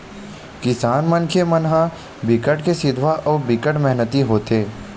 किसान मनखे मन ह बिकट के सिधवा अउ बिकट मेहनती होथे